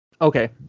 Okay